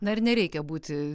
na ir nereikia būti